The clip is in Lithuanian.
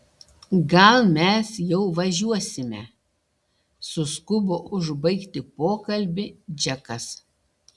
gal mes jau važiuosime suskubo užbaigti pokalbį džekas